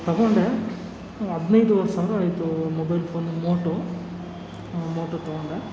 ತೊಗೊಂಡೆ ಹದಿನೈದುವರೆ ಸಾವಿರ ಆಯಿತು ಮೊಬೈಲ್ ಫೋನ್ ಮೋಟೋ ಮೋಟೋ ತೊಗೊಂಡೆ